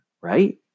right